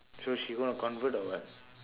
so she gonna convert or what